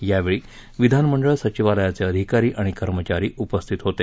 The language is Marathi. यावेळी विधानमंडळ सचिवालयाचे अधिकारी आणि कर्मचारी उपस्थित होते